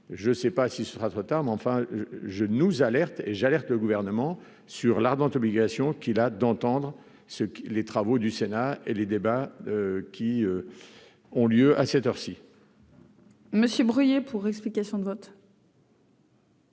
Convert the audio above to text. je sais pas si ce sera trop tard, mais enfin je nous alerte et j'alerte le gouvernement sur l'ardente obligation qui a d'entendre ce que les travaux du Sénat et les débats qui ont lieu à cette heure-ci. Monsieur Bruillet pour explication de vote.